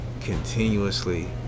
continuously